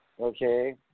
Okay